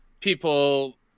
people